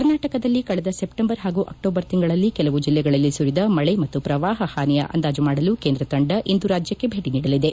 ಕರ್ನಾಟಕದಲ್ಲಿ ಕಳೆದ ಸೆಪ್ಟೆಂಬರ್ ಹಾಗೂ ಅಕ್ಟೋಬರ್ ತಿಂಗಳಲ್ಲಿ ಕೆಲವು ಜಿಲ್ಲೆಗಳಲ್ಲಿ ಸುರಿದ ಮಳೆ ಮತ್ತು ಪ್ರವಾಹ ಹಾನಿಯ ಅಂದಾಜು ಮಾಡಲು ಕೇಂದ್ರ ತಂಡ ಇಂದು ರಾಜ್ಯಕ್ಲೆ ಭೇಟಿ ನೀಡಲಿದೆ